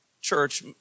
Church